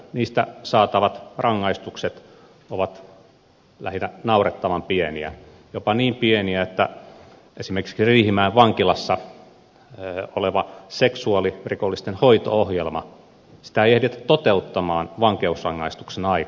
niistä saatavat rangaistukset ovat lähinnä naurettavan pieniä jopa niin pieniä että esimerkiksi riihimäen vankilassa olevaa seksuaalirikollisten hoito ohjelmaa ei ehditä toteuttaa vankeusrangaistuksen aikana